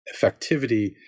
effectivity